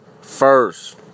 First